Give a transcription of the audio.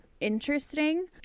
interesting